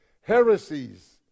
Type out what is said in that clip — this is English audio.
heresies